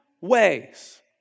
ways